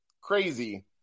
crazy